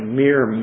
mere